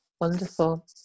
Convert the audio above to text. wonderful